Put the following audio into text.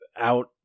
out